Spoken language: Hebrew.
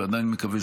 ועדיין מקווה,